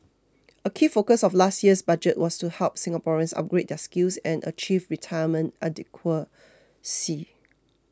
a key focus of last year's Budget